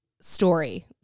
story